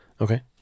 Okay